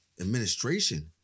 administration